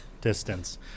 distance